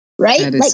Right